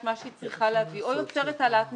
מה שהיא צריכה להביא או יוצרת העלאת מסים,